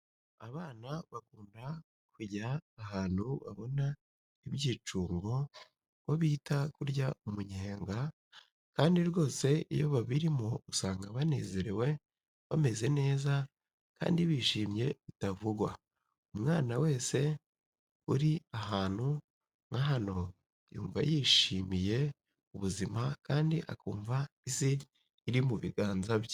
Abana bakunda kujya ahantu babona ibyicungo bo bita kurya umunyenga kandi rwose iyo babirimo usanga banezerewe bameze neza kandi bishimye bitavugwa, umwana wese uri ahantu nka hano yumva yishimiye ubuzima kandi akumva isi iri mu biganza bye.